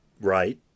right